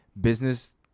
business